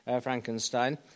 Frankenstein